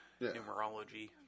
numerology